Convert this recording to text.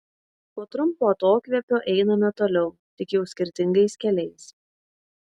po trumpo atokvėpio einame toliau tik jau skirtingais keliais